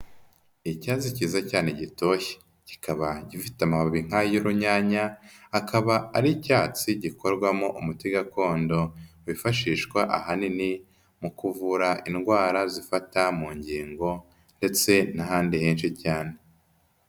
Icyatsi cyiza cyane gitoshye kikaba gifite amababi nk'ay'urunyanya, akaba ari icyatsi gikorwamo umuti gakondo wifashishwa ahanini mu kuvura indwara zifata mu ngingo ndetse n'ahandi henshi cyane.